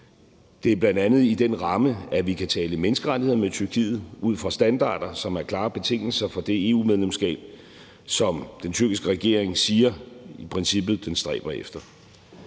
Det er bl.a. i den ramme, vi kan tale menneskerettigheder med Tyrkiet ud fra standarder, som er klare betingelser for det EU-medlemskab, som den tyrkiske regering siger den i princippet stræber efter.